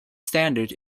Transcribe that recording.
standard